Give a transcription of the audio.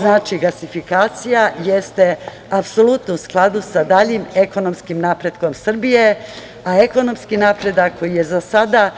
Znači gasifikacija jeste apsolutno u skladu sa daljim ekonomskim napretkom Srbije, a ekonomski napredak koji je do sada